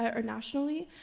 ah or nationally,